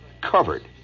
covered